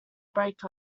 break